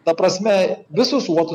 ta prasme visus uostus